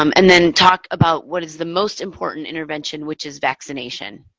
um and then talk about what is the most important intervention which is vaccination.